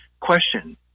question